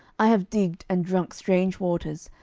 i have digged and drunk strange waters,